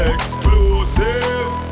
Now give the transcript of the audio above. Exclusive